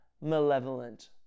malevolent